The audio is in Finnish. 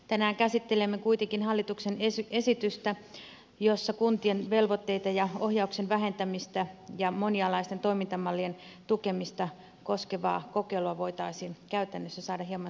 tänään käsittelemme kuitenkin hallituksen esitystä joka käsittelee kuntien velvoitteiden ja ohjauksen vähentämistä ja monialaisten toimintamallien tukemista koskevaa kokeilua ja jonka myötä asiaan voitaisiin käytännössä saada hieman lisäselvyyttä